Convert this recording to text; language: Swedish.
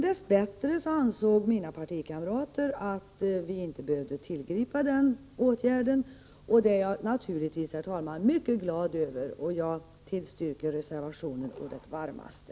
Dess bättre ansåg mina partikamrater att vi inte behövde vidta denna åtgärd, och det är jag naturligtvis, herr talman, mycket glad över, och jag tillstyrker reservationen på det varmaste.